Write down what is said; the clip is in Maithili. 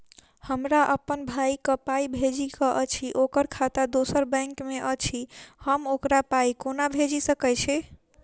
हमरा अप्पन भाई कऽ पाई भेजि कऽ अछि, ओकर खाता दोसर बैंक मे अछि, हम ओकरा पाई कोना भेजि सकय छी?